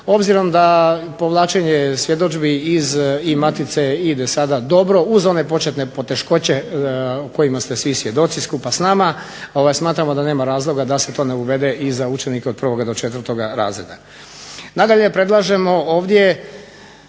Obzirom da povlačenje svjedodžbi iz matice ide sada dobro uz one početne poteškoće kojima ste svi skupa svjedoci sa nama, smatramo da nema razloga da se to ne uvede i za učenike od 1. do 4. razreda. Nadalje, predlažemo ovdje